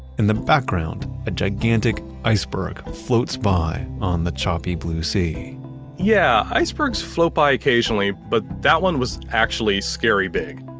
in the background, a gigantic iceberg floats by on the choppy blue sea yeah, icebergs float by occasionally, but that one was actually scary big.